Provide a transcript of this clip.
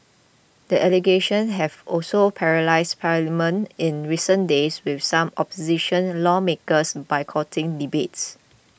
the allegations have also paralysed parliament in recent days with some opposition lawmakers boycotting debates